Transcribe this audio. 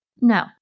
no